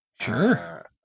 Sure